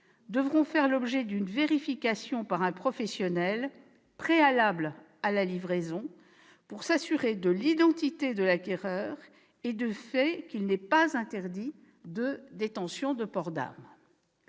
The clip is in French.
devront faire l'objet d'une vérification par un professionnel, préalable à la livraison, pour s'assurer de l'identité de l'acquéreur et du fait qu'il n'est pas interdit de détention de port d'armes.